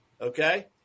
Okay